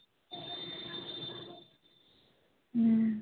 হুম